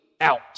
out